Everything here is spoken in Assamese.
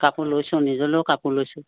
কাপোৰ লৈছোঁ নিজলৈও কাপোৰ লৈছোঁ